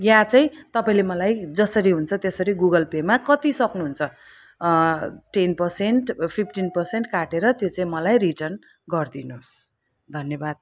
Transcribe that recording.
या चाहिँ तपाईँले मलाई जसरी हुन्छ त्यसरी गुगल पेमा कति सक्नुहुन्छ टेन पर्सेन्ट फिफ्टिन पर्सेन्ट काटेर त्यो चाहिँ मलाई रिटर्न गरिदिनुहोस् धन्यवाद